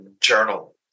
journal